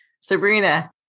Sabrina